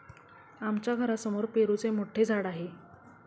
आमच्या घरासमोर पेरूचे मोठे झाड आहे